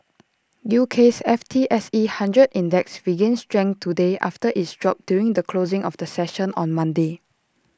U K's F T S E hundred index regained strength today after its drop during the closing of the session on Monday